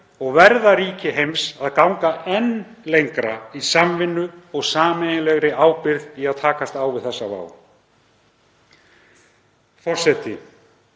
og verða ríki heims að ganga enn lengra í samvinnu og sameiginlegri ábyrgð í að takast á við þessa vá. Forseti.